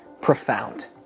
profound